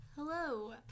Hello